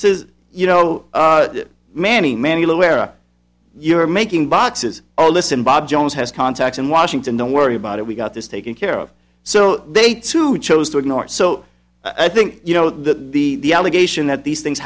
says you know manny manual where you're making boxes oh listen bob jones has contacts in washington don't worry about it we got this taken care of so they too chose to ignore it so i think you know that the allegation that these things